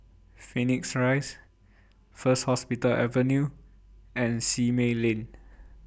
Phoenix Rise First Hospital Avenue and Simei Lane